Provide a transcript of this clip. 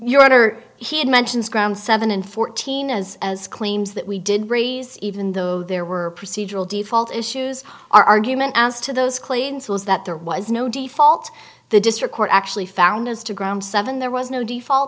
honor he had mentions ground seven and fourteen as as claims that we did raise even though there were procedural default issues argument as to those claims was that there was no default the district court actually found as to ground seven there was no default